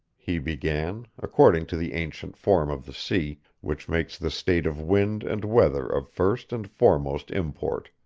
he began, according to the ancient form of the sea, which makes the state of wind and weather of first and foremost import.